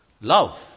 love